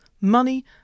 money